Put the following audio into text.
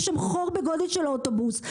יש שם חור בגודל של אוטובוס.